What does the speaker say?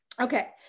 okay